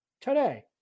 today